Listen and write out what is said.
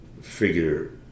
figure